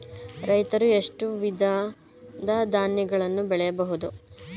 ರೈತರು ಎಷ್ಟು ವಿಧದ ಧಾನ್ಯಗಳನ್ನು ಬೆಳೆಯಬಹುದು?